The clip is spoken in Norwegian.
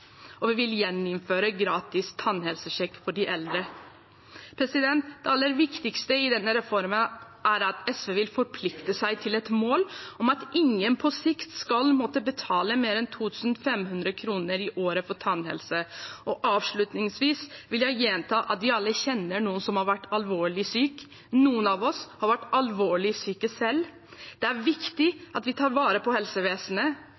Vi vil gjeninnføre gratis tannhelsesjekk for de eldre. Det aller viktigste i denne reformen er at SV vil forplikte seg til et mål om at ingen på sikt skal måtte betale mer enn 2 500 kr i året for tannhelse. Avslutningsvis vil jeg gjenta at vi alle kjenner noen som har vært alvorlig syke, og noen av oss har vært alvorlig syke selv. Det er viktig at vi tar vare på helsevesenet,